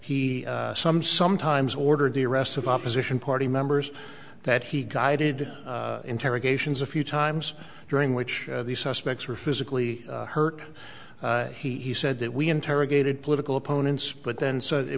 he some sometimes ordered the arrest of opposition party members that he guided interrogations a few times during which the suspects were physically hurt he said that we interrogated political opponents but then so it